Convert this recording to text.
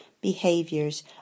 behaviors